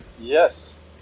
Yes